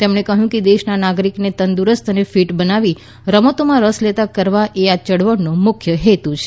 તેમણે કહ્યું કે દેશના નાગરિકને તંદુરસ્ત અને ફીટ બનાવી રમતોમાં રસ લેતાં કરવા એ આ ચળવળનો મુખ્ય હેતુ છે